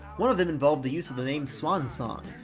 one of them involved the use of the name swan song,